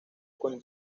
como